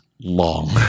long